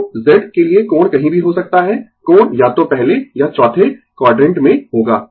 तो Z के लिए कोण कहीं भी हो सकता है कोण या तो पहले या चौथे क्वाडरेंट में होगा